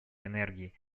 энергии